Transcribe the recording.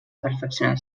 perfeccionar